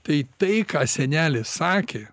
tai tai ką senelis sakė